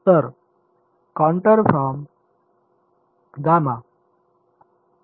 तर ठीक आहे